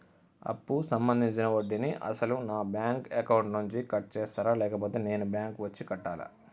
అప్పు సంబంధించిన వడ్డీని అసలు నా బ్యాంక్ అకౌంట్ నుంచి కట్ చేస్తారా లేకపోతే నేను బ్యాంకు వచ్చి కట్టాలా?